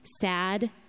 sad